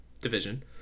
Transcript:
division